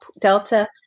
Delta